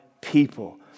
people